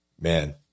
Man